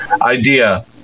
idea